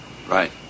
Right